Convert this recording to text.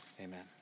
amen